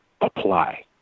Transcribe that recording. apply